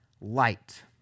light